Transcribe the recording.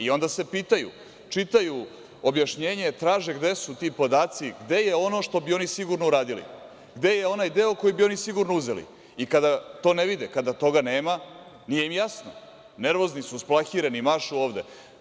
Onda se pitaju, čitaju objašnjenje, traže gde su ti podaci, gde je ono što bi oni sigurno uradili, gde je onaj deo koji bi oni sigurno uzeli i kada to ne vide, kada toga nema, nije im jasno, nervozni su, usplahireni mašu ovde.